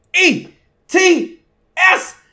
E-T-S